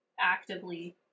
actively